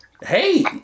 Hey